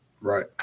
Right